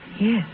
Yes